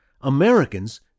Americans